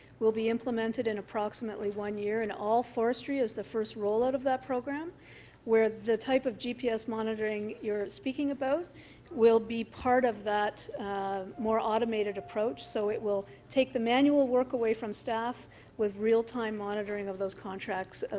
will be implemented in approximately one year and all forestry is the first rollout of that program where the type of gps monitoring you're speaking about will be part of that more automated approach. so it will take the manual work away from staff with real time monitoring of those contracts.